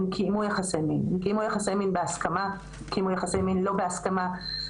הם קיימו יחסי מין בהסכמה וקיימו גם לא הסכמה.